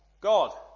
God